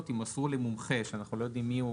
יימסרו למומחה שאנחנו לא יודעים מי הוא.